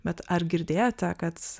bet ar girdėjote kad